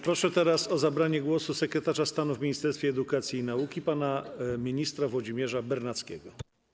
Proszę o zabranie głosu sekretarza stanu w Ministerstwie Edukacji i Nauki pana ministra Włodzimierza Bernackiego.